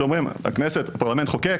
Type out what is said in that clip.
כשאומרים שהכנסת, הפרלמנט חוקק,